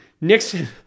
Nixon